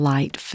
Light